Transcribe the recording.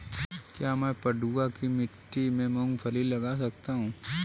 क्या मैं पडुआ की मिट्टी में मूँगफली लगा सकता हूँ?